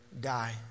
die